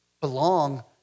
belong